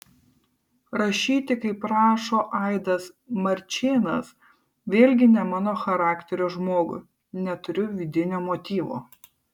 rašyti kaip rašo aidas marčėnas vėlgi ne mano charakterio žmogui neturiu vidinio motyvo